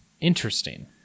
Interesting